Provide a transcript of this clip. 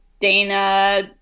Dana